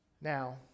Now